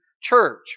Church